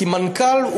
כי מנכ"ל,